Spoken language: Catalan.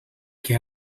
que